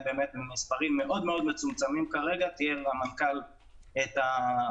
ממפעילי התחבורה הציבורית להפעיל את אותם